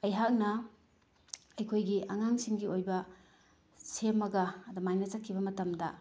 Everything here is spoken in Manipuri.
ꯑꯩꯍꯥꯛꯅ ꯑꯩꯈꯣꯏꯒꯤ ꯑꯉꯥꯡꯁꯤꯡꯒꯤ ꯑꯣꯏꯕ ꯁꯦꯝꯃꯒ ꯑꯗꯨꯃꯥꯏꯅ ꯆꯠꯈꯤꯕ ꯃꯇꯝꯗ